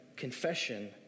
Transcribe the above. confession